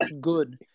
good